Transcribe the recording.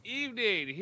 evening